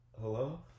Hello